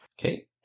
Okay